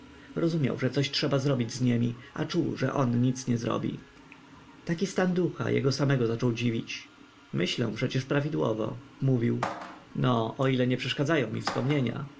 rozumiał że coś trzeba zrobić z niemi a czuł że on nic nie zrobi taki stan ducha jego samego zaczął dziwić myślę przecież prawidłowo mówił no o ile nie przeszkadzają mi wspomnienia